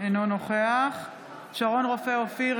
אינו נוכח שרון רופא אופיר,